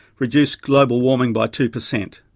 reduce global warming by two percent,